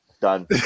done